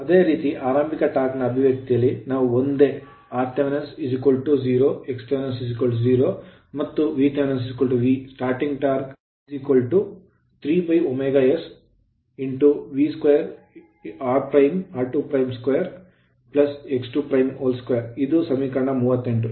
ಅದೇ ರೀತಿ ಆರಂಭಿಕ ಟಾರ್ಕ್ ನ ಅಭಿವ್ಯಕ್ತಿಯಲ್ಲಿ ನಾವು ಒಂದೇ rth 0 xth 0 ಮತ್ತು Vth v starting torque starting torque 3ωs v 2r2 r22x22 ಇದು ಸಮೀಕರಣ 38